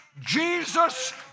Jesus